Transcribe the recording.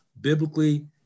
biblically